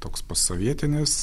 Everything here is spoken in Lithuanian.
toks posovietinis